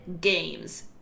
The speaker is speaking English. games